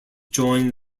join